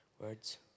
words